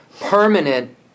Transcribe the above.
permanent